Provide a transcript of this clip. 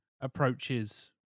approaches